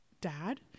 Dad